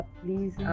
please